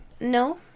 No